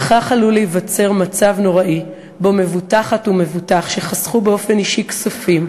וכך עלול להיווצר מצב נוראי שבו מבוטחת ומבוטח שחסכו באופן אישי כספים,